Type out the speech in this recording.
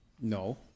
No